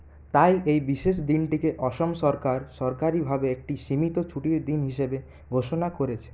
তাই এই বিশেষ দিনটিকে অসম সরকার সরকারি ভাবে একটি সীমিত ছুটির দিন হিসেবে ঘোষণা করেছে